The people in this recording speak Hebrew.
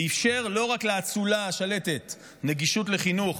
ואישר לא רק לאצולה השולטת נגישות לחינוך,